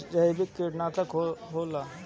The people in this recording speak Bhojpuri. जैविक कीटनाशक का होला?